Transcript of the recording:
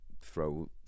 throw